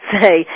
say